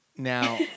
Now